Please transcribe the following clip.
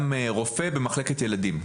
גם רופא במחלקת ילדים,